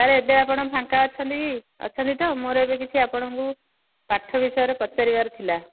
sir ଏବେ ଆପଣ ଫାଙ୍କା ଅଛନ୍ତି କି ଅଛନ୍ତି ତ ମୋର ଏବେ କିଛି ଆପଣଙ୍କୁ ପାଠ ବିଷୟରେ ପଚାରିବାର ଥିଲା